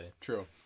True